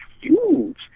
huge